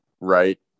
right